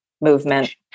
movement